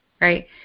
Right